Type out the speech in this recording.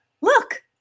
look